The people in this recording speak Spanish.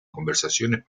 conversaciones